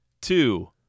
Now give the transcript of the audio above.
Two